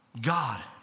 God